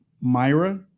Myra